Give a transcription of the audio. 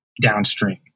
downstream